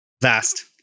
Vast